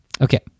Okay